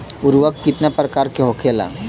उर्वरक कितना प्रकार के होखेला?